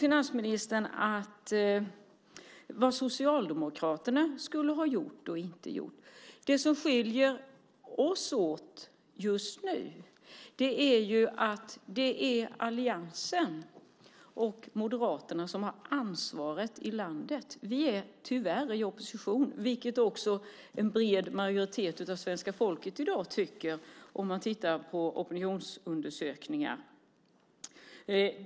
Finansministern talar om vad Socialdemokraterna skulle ha gjort och inte gjort. Det som skiljer oss åt just nu är att det är alliansen och Moderaterna som har ansvaret i landet. Vi är tyvärr i opposition, vilket också en bred majoritet av svenska folket i dag beklagar. Det ser man om man tittar på opinionsundersökningar.